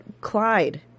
Clyde